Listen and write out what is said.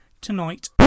tonight